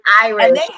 Irish